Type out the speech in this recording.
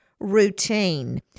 Routine